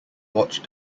watch